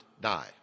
die